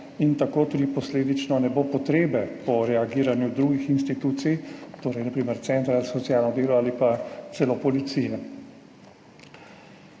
in tako tudi posledično ne bo potrebe po reagiranju drugih institucij, na primer centra za socialno delo ali celo policije.